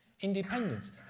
Independence